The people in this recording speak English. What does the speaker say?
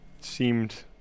seemed